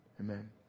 Amen